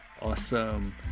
Awesome